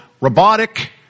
robotic